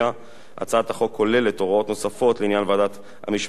הצעת החוק כוללת הוראות נוספות לעניין ועדת המשמעת ודיוניה,